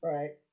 Right